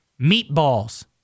Meatballs